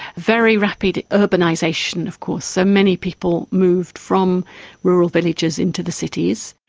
very rapid urbanisation of course, so many people moved from rural villages into the cities.